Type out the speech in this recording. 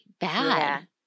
bad